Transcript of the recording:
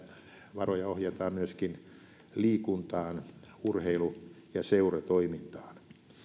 varoja ohjataan myöskin liikuntaan urheilu ja seuratoimintaan